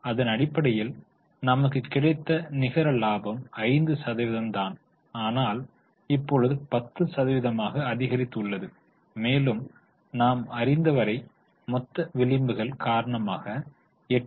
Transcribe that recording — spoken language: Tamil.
அதன் அடிப்படையில் நமக்கு கிடைத்த நிகர லாபம் 5 சதவீதம் தான் ஆனால் இப்பொழுது 10 சதவீதமாக அதிகரித்து உள்ளது மேலும் நாம் அறிந்தவரை மொத்த விளிம்புகள் காரணமாக 8